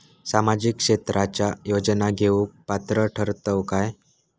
सामाजिक क्षेत्राच्या योजना घेवुक पात्र ठरतव काय?